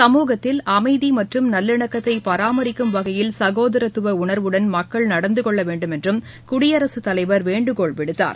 சமூகத்தில் அமைதி மற்றும் நல்லிணக்கத்தை பராமரிக்கும் வகையில் சசோதரத்துவ உணா்வுடன் மக்கள் நடந்து கொள்ள வேண்டும் என்று குடியரசு தலைவர் வேண்டுகோள் விடுத்தார்